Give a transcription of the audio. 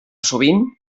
sovint